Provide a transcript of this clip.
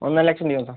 ഒന്നര ലക്ഷം രൂപയാണ് സർ